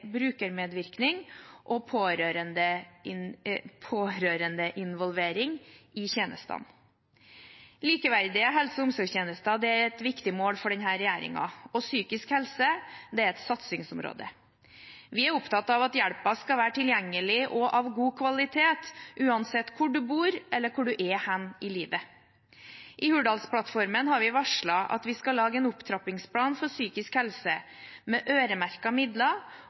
brukermedvirkning og pårørendeinvolvering i tjenestene. Likeverdige helse- og omsorgstjenester er et viktig mål for denne regjeringen, og psykisk helse er et satsingsområde. Vi er opptatt av at hjelpen skal være tilgjengelig og av god kvalitet, uansett hvor du bor, eller hvor du er i livet. I Hurdalsplattformen har vi varslet at vi skal lage en opptrappingsplan for psykisk helse med øremerkede midler